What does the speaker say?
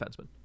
defenseman